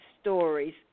stories